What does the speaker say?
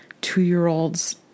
two-year-olds